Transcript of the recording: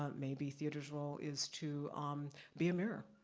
ah maybe theaters' role is to um be a mirror,